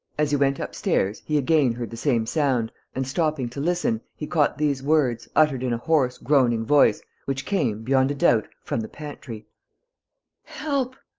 as he went upstairs, he again heard the same sound and, stopping to listen, he caught these words, uttered in a hoarse, groaning voice, which came, beyond a doubt, from the pantry help.